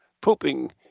pooping